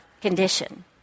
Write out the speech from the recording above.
condition